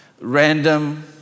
random